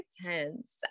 tense